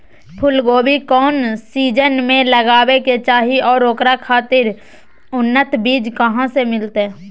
फूलगोभी कौन सीजन में लगावे के चाही और ओकरा खातिर उन्नत बिज कहा से मिलते?